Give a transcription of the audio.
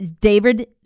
David